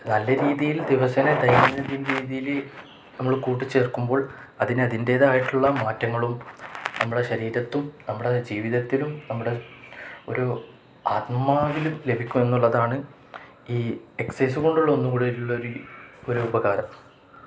നല്ല രീതിയില് ദിവസേനെ രീതിയില് നമ്മള് കൂട്ടിച്ചേർക്കുമ്പോൾ അതിനതിന്റേതായിട്ടുള്ള മാറ്റങ്ങളും നമ്മുടെ ശരീരത്തും നമ്മുടെ ജീവിതത്തിലും നമ്മുടെ ഒരു ആത്മാവിലും ലഭിക്കുന്നു എന്നുള്ളതാണ് ഈ എക്സസൈസ് കൊണ്ടുള്ള ഒന്നുകൂടിയുള്ളൊരു ഒരു ഉപകാരം